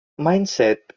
mindset